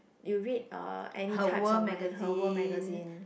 you read uh any types of maga~ Herworld magazine